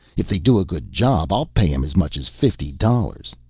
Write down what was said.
if they do a good job, i'll pay em as much as fifty dollars!